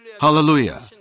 Hallelujah